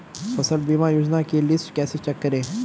फसल बीमा योजना की लिस्ट कैसे चेक करें?